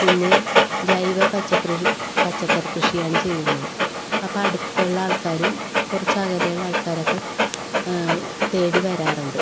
പിന്നെ ജൈവ പച്ചക്കൃഷി പച്ചക്കറി കൃഷിയാണ് ചെയ്യുന്നത് അപ്പം അടുത്തുള്ള ആൾക്കാരും കുറച്ച് അകലെ ഉള്ള ആൾക്കാരൊക്കെ തേടി വരാറുണ്ട്